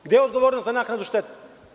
Gde je odgovornost za naknadu štete?